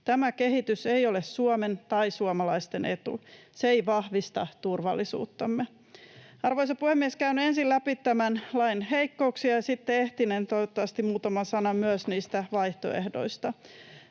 Tämä kehitys ei ole Suomen tai suomalaisten etu. Se ei vahvista turvallisuuttamme. Arvoisa puhemies! Käyn ensin läpi tämän lain heikkouksia ja sitten ehtinen toivottavasti muutaman sanan myös niistä vaihtoehdoista.